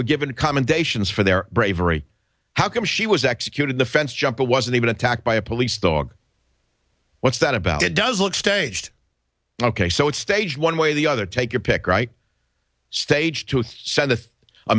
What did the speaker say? were given commendations for their bravery how come she was executed the fence jumper wasn't even attacked by a police dog what's that about it does look staged ok so it's stage one way or the other take your pick right staged to send the a